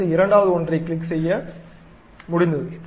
அடுத்து இரண்டாவது ஒன்றைக் கிளிக் செய்க முடிந்தது